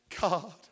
God